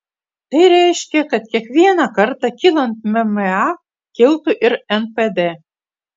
tai reiškia kad kiekvieną kartą kylant mma kiltų ir npd